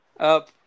Up